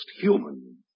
Human